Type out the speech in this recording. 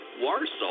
Warsaw